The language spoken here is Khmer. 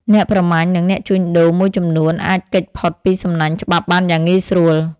អ្នកប្រមាញ់និងអ្នកជួញដូរមួយចំនួនអាចគេចផុតពីសំណាញ់ច្បាប់បានយ៉ាងងាយស្រួល។